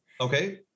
Okay